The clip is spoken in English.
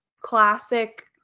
classic